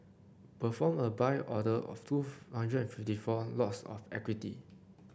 perform a Buy order of two hundred and fifty four lots of equity